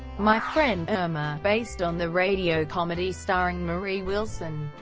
my friend irma, based on the radio comedy starring marie wilson.